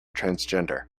transgender